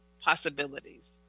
Possibilities